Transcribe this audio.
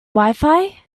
wifi